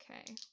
okay